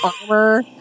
armor